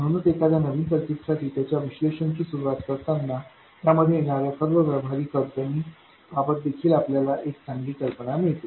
म्हणूनच एखाद्या नवीन सर्किट साठी त्याच्या विश्लेषणाची सुरुवात करताना त्यामध्ये येणाऱ्या सर्व व्यावहारिक अडचणी बाबत देखील आपल्या एक चांगली कल्पना मिळते